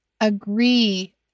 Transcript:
agree